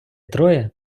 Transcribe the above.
троє